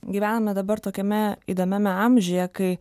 gyvename dabar tokiame įdomiame amžiuje kai